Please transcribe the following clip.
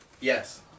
Yes